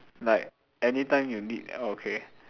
like any time you need okay